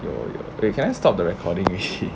you you you can't stop the recording you shit